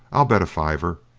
i'll bet a fiver,